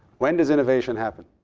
when does innovation happen?